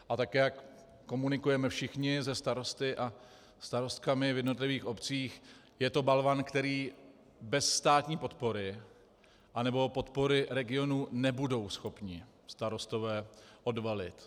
A tak jak komunikujeme všichni se starosty a starostkami v jednotlivých obcích, je to balvan, který bez státní podpory anebo podpory regionů nebudou schopni starostové odvalit.